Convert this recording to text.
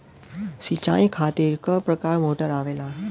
सिचाई खातीर क प्रकार मोटर आवेला?